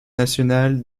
national